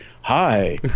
hi